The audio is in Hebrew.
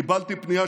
קיבלתי פנייה,